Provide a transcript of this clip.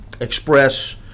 Express